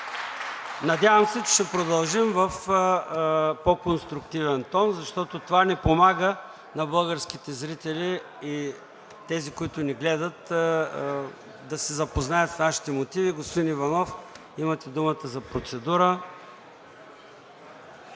Надявам се, че ще продължим в по-конструктивен тон, защото това не помага на българските зрители и тези, които ни гледат, да се запознаят с нашите мотиви. Господин Иванов, имате думата за процедура. МИРОСЛАВ